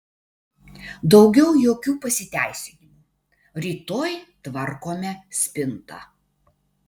daugiau jokių pasiteisinimų rytoj tvarkome spintą